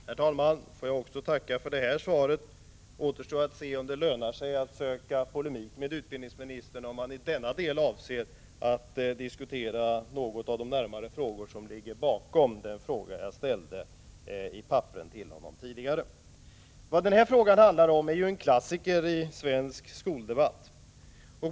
Herr talman! Jag får tacka också för detta svar. Det återstår att se om det lönar sig att söka polemik med utbildningsministern, om han i denna del avser att diskutera någon av de frågeställningar som ligger bakom den fråga som jag tidigare skriftligen ställde till honom. Det handlar här om en klassiker i svensk skoldebatt.